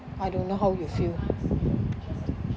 I don't know how you feel